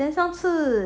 then 上次